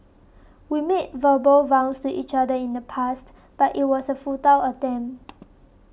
we made verbal vows to each other in the past but it was a futile attempt